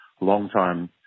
long-time